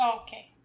Okay